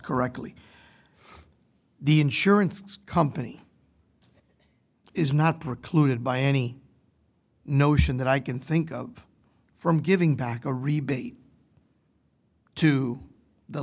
correctly the insurance company is not precluded by any notion that i can think of from giving back a rebate to the